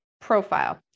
profile